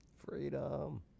freedom